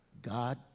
God